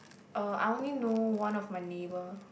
uh I only know one of my neighbour